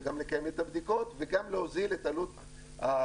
לקיים את הבדיקות וגם להוזיל את העלות